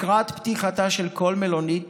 לקראת פתיחתה של כל מלונית